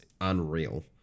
unreal